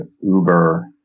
Uber